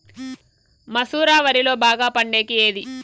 మసూర వరిలో బాగా పండేకి ఏది?